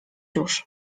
już